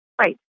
Right